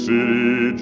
City